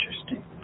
interesting